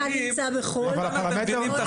הפרמטר של